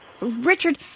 Richard